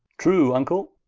true vnckle,